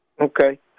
Okay